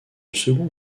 second